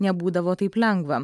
nebūdavo taip lengva